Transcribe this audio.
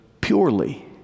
purely